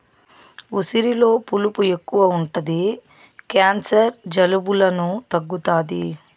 ఉసిరిలో పులుపు ఎక్కువ ఉంటది క్యాన్సర్, జలుబులను తగ్గుతాది